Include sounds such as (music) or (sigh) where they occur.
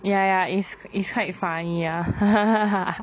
ya ya is is quite funny ah (laughs)